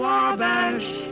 Wabash